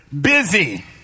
Busy